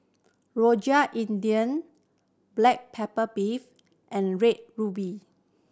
Rojak India black pepper beef and Red Ruby